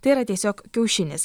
tai yra tiesiog kiaušinis